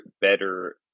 better